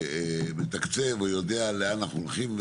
מתקצב או יודע לאן אנחנו הולכים,